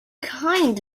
kind